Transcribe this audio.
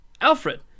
Alfred